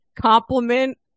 compliment